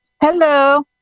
Hello